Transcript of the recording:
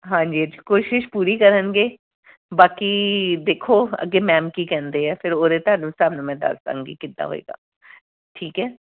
ਹਾਂਜੀ ਕੋਸ਼ਿਸ਼ ਪੂਰੀ ਕਰਨਗੇ ਬਾਕੀ ਦੇਖੋ ਅੱਗੇ ਮੈਮ ਕੀ ਕਹਿੰਦੇ ਆ ਫਿਰ ਉਹਦੇ ਤੁਹਾਨੂੰ ਤੁਹਾਨੂੰ ਮੈਂ ਦੱਸਾਂਗੀ ਕਿੱਦਾਂ ਹੋਏਗਾ ਠੀਕ ਹੈ